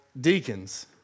deacons